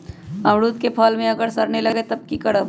अमरुद क फल म अगर सरने लगे तब की करब?